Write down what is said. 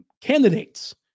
candidates